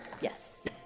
Yes